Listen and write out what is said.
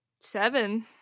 Seven